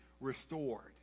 restored